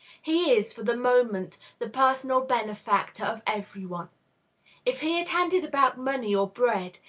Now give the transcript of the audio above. he is, for the moment, the personal benefactor of every one if he had handed about money or bread,